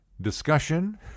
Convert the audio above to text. discussion